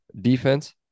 Defense